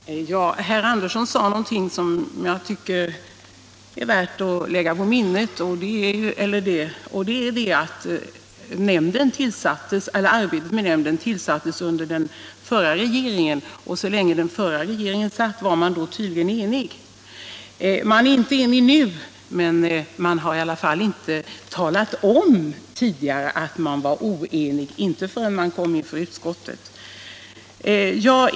Herr talman! Herr Andersson i Lycksele sade någonting som jag tycker är värt att lägga på minnet, nämligen att arbetet med nämnden igångsattes under den förra regeringens tid. Så länge den förra regeringen satt var man tydligen enig. Det är man inte nu, men man har inte tidigare talat om att man var oenig — det gjorde man inte förrän man kom inför utskottet.